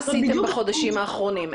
מה עשית בחודשים האחרונים?